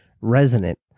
resonant